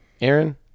Aaron